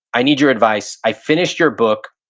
i need your advice. i finished your book